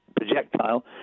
projectile